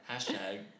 hashtag